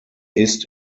ist